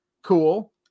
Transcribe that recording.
Cool